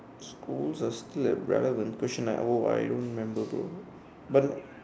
schools are still as relevant question nine oh I don't remember bro but